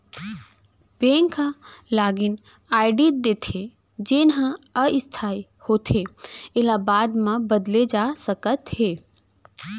bank ह लागिन ID देथे जेन ह अस्थाई होथे एला बाद म बदले जा सकत हे